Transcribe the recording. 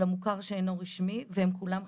של המוכר שאינו רשמי והם כולם חרדים.